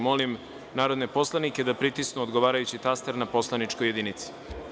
Molim narodne poslanike da pritisnu odgovarajući taster na poslaničkoj jedinici.